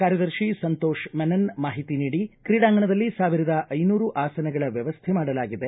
ಕಾರ್ಯದರ್ಶಿ ಸಂತೋಷ ಮೆನನ್ ಮಾಹಿತಿ ನೀಡಿ ಕ್ರೀಡಾಂಗಣದಲ್ಲಿ ಸಾವಿರದ ಐನೂರು ಆಸನಗಳ ವ್ಯವಸ್ಥೆ ಮಾಡಲಾಗಿದೆ